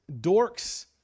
Dorks